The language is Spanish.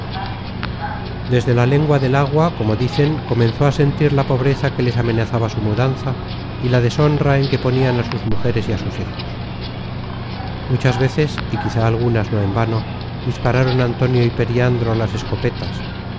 desde la lengua del agua como dicen comenzaron a sentir la pobreza que les amenazaba su mudanza y la deshonra en que ponian á sus mujeres y á sus hijos muchas veces y quizá algunas no en vano dispararon antonio y periandro las escopetas